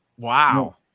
Wow